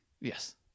Yes